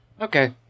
Okay